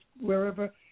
wherever